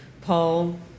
Paul